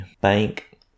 bank